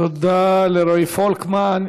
תודה לרועי פולקמן.